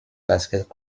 basket